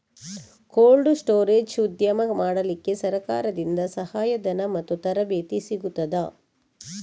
Cold storage ಉದ್ಯಮ ಮಾಡಲಿಕ್ಕೆ ಸರಕಾರದಿಂದ ಸಹಾಯ ಧನ ಮತ್ತು ತರಬೇತಿ ಸಿಗುತ್ತದಾ?